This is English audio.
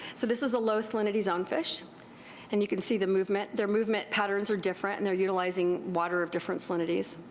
so this is a low salinity zone fish and you can see the movement. their movement patterns are different and theyire utilizing water of different salinities.